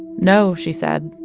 no, she said.